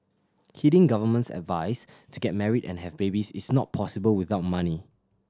heeding government's advice to get married and have babies is not possible without money